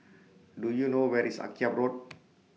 Do YOU know Where IS Akyab Road